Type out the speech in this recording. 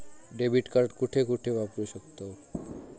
Debit card कुठे कुठे वापरू शकतव?